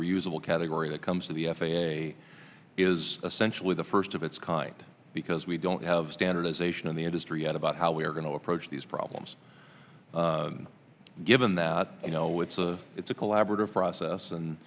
reusable category that comes to the f a a is essentially the first of its kind because we don't have standardization in the industry yet about how we are going to approach these problems given that you know it's a it's a collaborative process and